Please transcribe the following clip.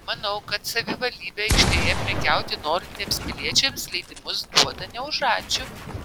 manau kad savivaldybė aikštėje prekiauti norintiems piliečiams leidimus duoda ne už ačiū